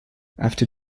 after